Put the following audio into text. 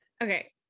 Okay